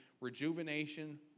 rejuvenation